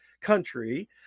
country